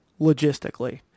logistically